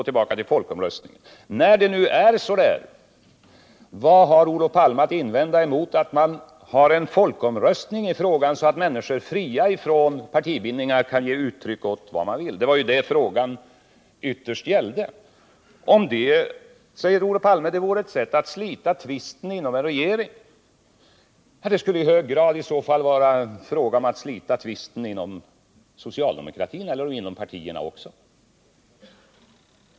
Tillbaka till folkomröstningen. När läget nu är som det är, vad har då Olof Palme att invända mot att man har en folkomröstning i frågan, så att människor fria från partibindningar kan ge uttryck åt vad de vill? Det var ju det frågan ytterst gällde. Om detta säger Olof Palme att det vore ett sätt att slita tvisten inom en regering. Det skulle i så fall i hög grad vara fråga om att slita tvisten inom socialdemokratin, och inom andra partier också.